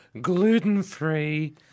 gluten-free